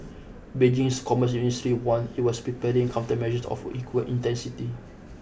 Beijing's commerce ministry warned it was preparing countermeasures of equal intensity